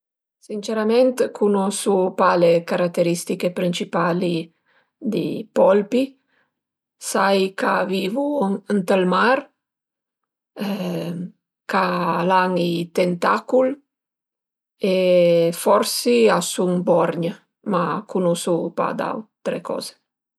Sincerament cunosu pa le carateristiche principali di polpi, sai ch'a vivu ënt ël mar ch'al an i tentacul e forsi a sun borgn, ma cunosu pa d'autre coze